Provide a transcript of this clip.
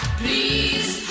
please